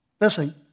Listen